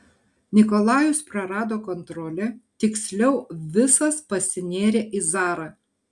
nikolajus prarado kontrolę tiksliau visas pasinėrė į zarą